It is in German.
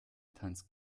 tanzt